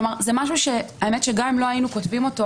כלומר, גם אם לא היינו כותבים את זה,